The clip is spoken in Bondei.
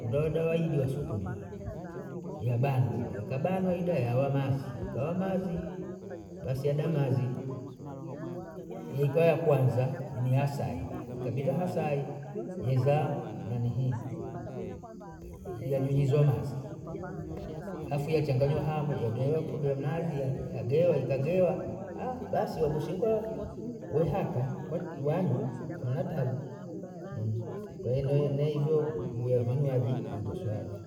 Kuda wadawahidi wasukuma wada, yabanwa ida ikabanwa ida yawa mazi ikawa mazi, basi yadamazi, yika ya kwanza ni yasaida, ikapita hasai yeza nani hii yanyunyizwa mazi, sasa yachanganywa hamu yagewa pombe ya mnazi, yagewa ikagewa basi yagoshikwa waihaka wanywa hamna tabu kone nehivyo vya vinywaji iguswavyo,